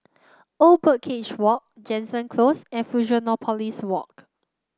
Old Birdcage Walk Jansen Close and Fusionopolis Walk